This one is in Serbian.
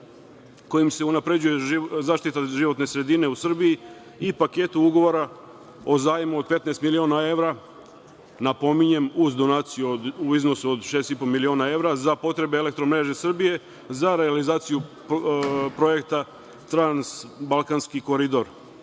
kojim se unapređuje zaštita životne sredine u Srbiji i paketi ugovora o zajmu od 15 miliona evra, napominjem, uz donaciju u iznosu od 6,5 miliona evra za potrebe Elektromreže Srbije, za realizaciju projekta „Transbalkanski koridor“.